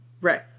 Right